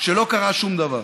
שלא קרה שום דבר